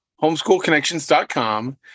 homeschoolconnections.com